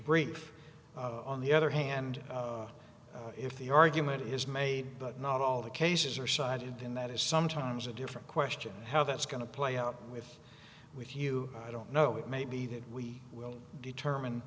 brief on the other hand if the argument is made but not all the cases are cited then that is sometimes a different question how that's going to play out with with you i don't know it may be that we will determine